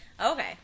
Okay